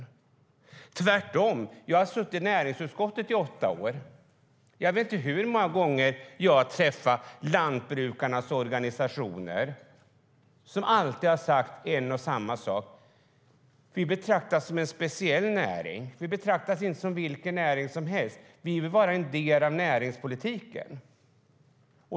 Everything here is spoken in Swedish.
Jag har suttit i näringsutskottet i åtta år, och jag vet inte hur många gånger jag har träffat lantbrukarnas organisationer. De har alltid har sagt en och samma sak: Vi betraktas som en speciell näring och inte som vilken näring som helst. Men vi vill vara en del av näringspolitiken.